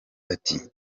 ati